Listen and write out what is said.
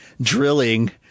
drilling